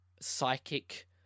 psychic